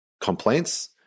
complaints